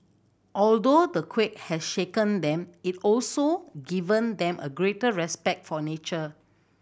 although the quake has shaken them it has also given them a greater respect for nature